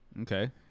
Okay